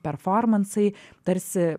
performansai tarsi